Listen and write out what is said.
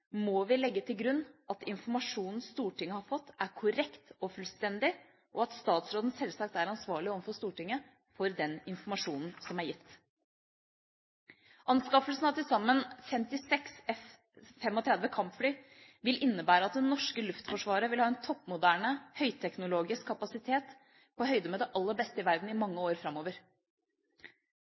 må vi legge til grunn at informasjonen Stortinget har fått, er korrekt og fullstendig, og at statsråden sjølsagt er ansvarlig overfor Stortinget for den informasjonen som er gitt. Anskaffelsen av til sammen 56 F-35 kampfly vil innebære at det norske luftforsvaret vil ha en toppmoderne høyteknologisk kapasitet på høyde med det aller beste i verden i mange år framover.